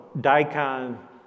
daikon